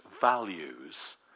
values